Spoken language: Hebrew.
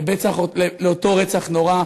ובין אותו רצח נורא,